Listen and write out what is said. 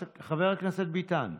חבר הכנסת ביטן,